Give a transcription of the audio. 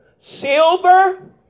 silver